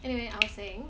anyway I was saying